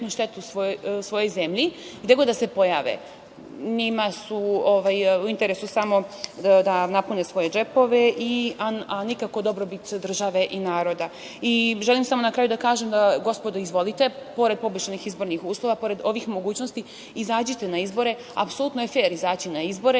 štetu svojoj zemlji, gde god da se pojave. Njima je u interesu samo da napune svoje džepove, a nikako dobrobit države i naroda. Na kraju, želim samo da kažem - gospodo, izvolite, pored poboljšanih izbornih uslova, pored ovih mogućnosti, izađite na izbore. Apsolutno je fer izaći na izbore.